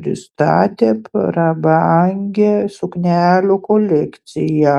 pristatė prabangią suknelių kolekciją